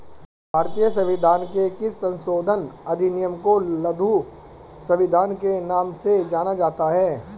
भारतीय संविधान के किस संशोधन अधिनियम को लघु संविधान के नाम से जाना जाता है?